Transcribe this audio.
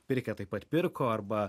pirkę taip pat pirko arba